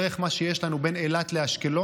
דרך מה שיש לנו בין אילת לאשקלון.